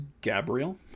Gabriel